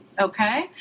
okay